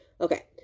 okay